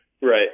Right